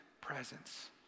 presence